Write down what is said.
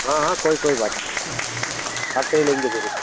हाँ हाँ कोई कोई बात नहीं आपसे ही लेंगे ज़रूर